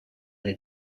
del